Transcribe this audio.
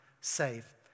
save